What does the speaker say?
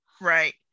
Right